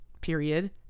period